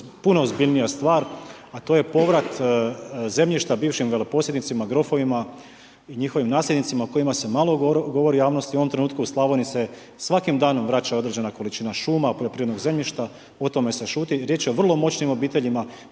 puno ozbiljnija stvar a to je povrat zemljišta bivšim veleposjednicima, grofovima i njihovim nasljednicima o kojima se malo govori u javnosti, u ovom trenutku u Slavoniji se svaki danom vraća određena količina šuma, poljoprivrednog zemljišta, o tome se šuti, riječ je o vrlo moćnim obiteljima,